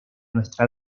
nuestra